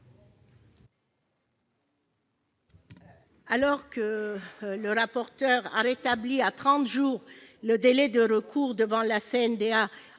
Alors que le rapporteur a rétabli à trente jours le délai de recours devant la CNDA